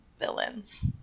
villains